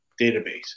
database